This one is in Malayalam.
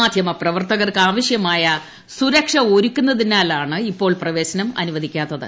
മാധ്യമ പ്രവർത്തകർക്ക് ആവശ്യമായ സുരക്ഷ ഒരുക്കുന്നതിനാലാണ് ഇപ്പോൾ പ്രവേശനം അനുവദിക്കാത്തത്